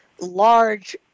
large